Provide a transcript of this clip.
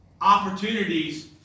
opportunities